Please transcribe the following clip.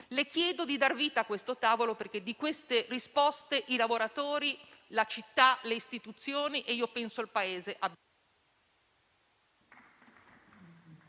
Ministro, di dare vita a questo tavolo, perché di queste risposte i lavoratori, la città, le istituzioni e, io credo, il Paese